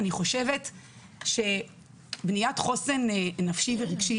אני חושבת שבניית חוסן נפשי ורגשי